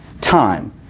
time